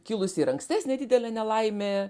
kilusi ir ankstesnė didelė nelaimė